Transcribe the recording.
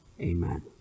Amen